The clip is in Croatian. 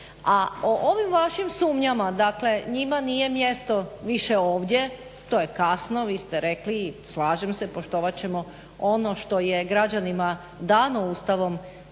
A o ovim vašim sumnjama, dakle njima nije mjesto više ovdje. To je kasno, vi ste rekli. Slažem se, poštovat ćemo ono što je građanima dano ustavom